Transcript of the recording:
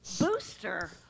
booster